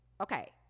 Okay